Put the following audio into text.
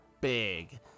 Big